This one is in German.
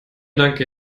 danke